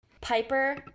Piper